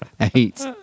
Eight